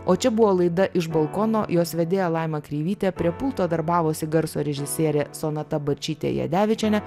o čia buvo laida iš balkono jos vedėja laima kreivytė prie pulto darbavosi garso režisierė sonata barčytė jadevičienė